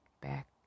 back